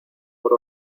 por